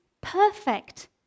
perfect